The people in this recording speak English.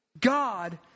God